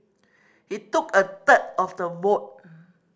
he took a third of the vote